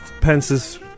Pence's